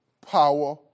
power